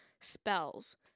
spells